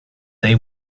they